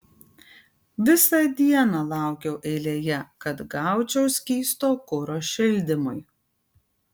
visą dieną laukiau eilėje kad gaučiau skysto kuro šildymui